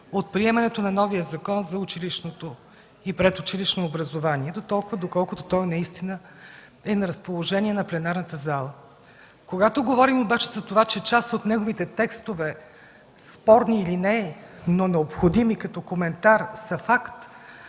от приемането на новия Закон за училищното и предучилищно образование, доколкото той наистина е на разположение на пленарната зала. Когато говорим обаче, че част от неговите текстове – спорни или не, но необходими като коментар, са факт,